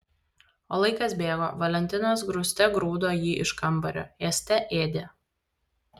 o laikas bėgo valentinas grūste grūdo jį iš kambario ėste ėdė